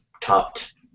topped